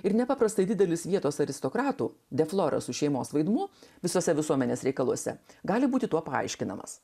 ir nepaprastai didelis vietos aristokratų deflorasų šeimos vaidmuo visose visuomenės reikaluose gali būti tuo paaiškinamas